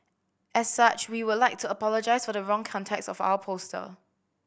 as such we would like to apologise for the wrong context of our poster